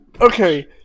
okay